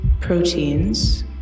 proteins